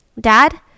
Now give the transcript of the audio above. dad